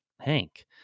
Hank